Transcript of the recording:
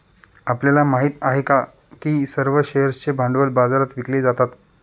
आपल्याला माहित आहे का की सर्व शेअर्सचे भांडवल बाजारात विकले जातात?